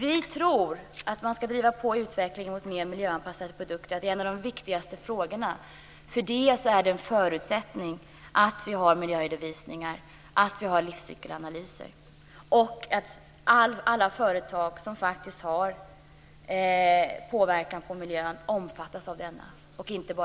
Vi tror att man skall driva på utvecklingen mot mer miljöanpassade produkter och att det är en av de viktigaste frågorna. En förutsättning för detta är att vi har miljöredovisningar och att vi har livscykelanalyser och att alla företag och inte bara vissa av dem som faktiskt har påverkan på miljön omfattas av denna.